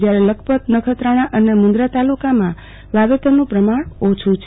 જયારે લખપત નખત્રાણા અને મુંદરા તાલુકમાં વાવેતરનું પ્રમાણ ઓછું છે